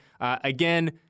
Again